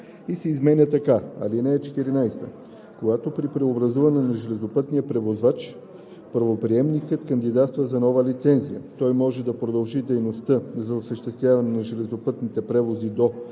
и се изменя така: „Когато при преобразуване на железопътния превозвач първоприемникът кандидатства за нова лицензия, той може да продължи дейността за осъществяване на железопътните превози до